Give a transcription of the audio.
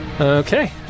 Okay